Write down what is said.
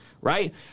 right